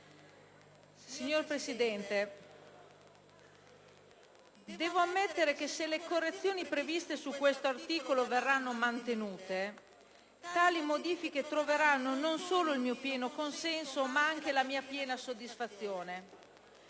Signor Presidente, devo ammettere che, se le correzioni previste su questo articolo verranno mantenute, tali modifiche troveranno non solo il mio pieno consenso, ma anche la mia piena soddisfazione.